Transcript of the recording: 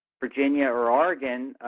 virginia or oregon